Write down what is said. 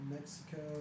Mexico